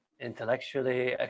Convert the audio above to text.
Intellectually